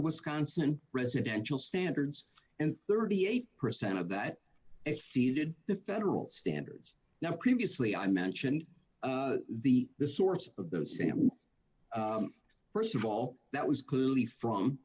wisconsin residential standards and thirty eight percent of that exceeded the federal standards now previously i mentioned the the source of the sample first of all that was